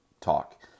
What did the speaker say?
talk